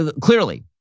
Clearly